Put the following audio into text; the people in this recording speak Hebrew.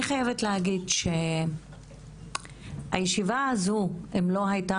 אני חייבת להגיד שהישיבה הזו אם היא לא הייתה